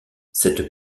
cette